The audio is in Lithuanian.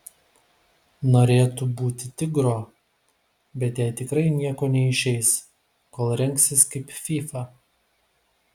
norėtų būti tigro bet jai tikrai nieko neišeis kol rengsis kaip fyfa